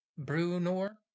Brunor